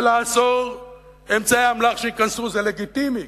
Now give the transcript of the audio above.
ולעצור הכנסת אמצעי אמל"ח, זה לגיטימי.